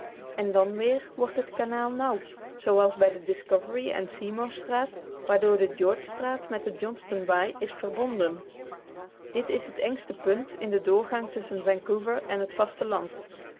en dan weer wordt het kanaal nauw zooals bij de discovery en seymour straat waardoor de george straat met de johnston baai is verbonden dit is het engste punt in den doorgang tusschen vancouver en het vasteland